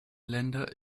länder